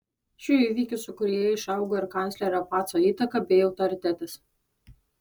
šių įvykių sūkuryje išaugo ir kanclerio paco įtaka bei autoritetas